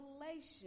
revelation